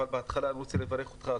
אבל בהתחלה אני רוצה לברך אותך.